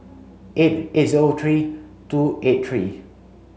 eight is O three two eight three